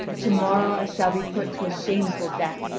to-morrow i shall be put to a shameful death,